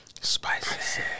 Spicy